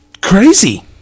crazy